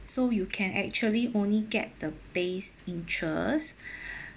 so you can actually only get the base interest